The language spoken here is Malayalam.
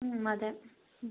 അതെ